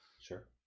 Sure